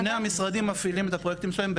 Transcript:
שני המשרדים מפעילים את הפרויקטים שלהם,